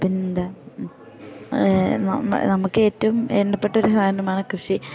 പിന്നെന്താ നമ നമുക്ക് ഏറ്റവും വേണ്ടപ്പെട്ടൊരു സാധനമാണ് കൃഷി